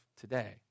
today